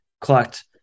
collect